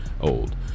old